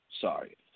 Sorry